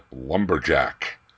Lumberjack